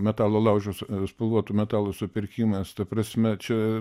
metalo laužas spalvotų metalų supirkimas ta prasme čia